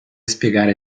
spiegare